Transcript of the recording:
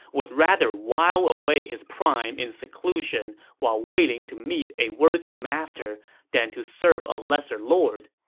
would rather while away his prime in seclusion while waiting to meet a worthy master than to serve a lesser lord,